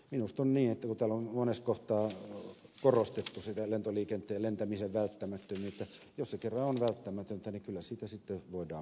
minusta on niin kun täällä on monessa kohtaa korostettu sitä lentoliikenteen lentämisen välttämättömyyttä että jos se kerran on välttämätöntä niin kyllä siitä sitten voidaan maksaakin